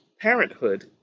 Parenthood